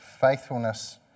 faithfulness